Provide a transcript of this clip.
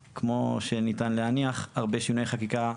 וניתן להניח שהרבה שינויי חקיקה,